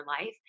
life